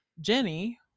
Jenny